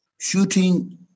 Shooting